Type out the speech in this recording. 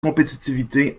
compétitivité